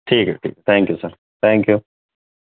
ٹھیک ہے ٹھیک thank you sir thank you